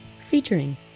Featuring